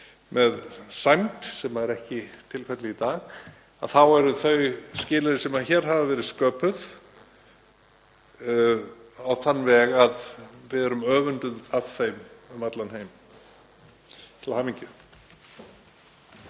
með sæmd, sem er ekki tilfellið í dag, þá eru þau skilyrði sem hér hafa verið sköpuð á þann veg að við erum öfunduð af þeim um allan heim. Til hamingju.